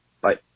Bye